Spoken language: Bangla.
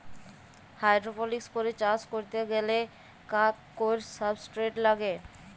হাইড্রপলিক্স করে চাষ ক্যরতে গ্যালে কাক কৈর সাবস্ট্রেট লাগে